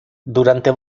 durante